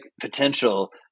potential